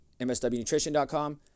mswnutrition.com